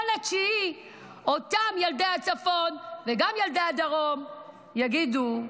בספטמבר אותם ילדי הצפון וגם ילדי הדרום יגידו,